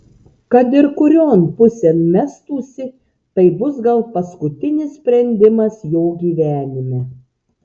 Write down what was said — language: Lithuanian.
kad ir kurion pusėn mestųsi tai bus gal paskutinis sprendimas jo gyvenime